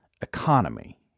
economy